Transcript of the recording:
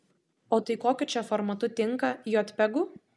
o tai kokiu čia formatu tinka jotpegu